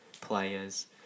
players